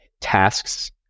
tasks